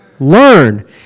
Learn